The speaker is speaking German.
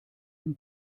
den